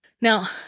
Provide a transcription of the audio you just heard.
Now